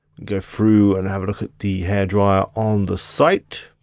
go through and have a look at the hairdryer on the site.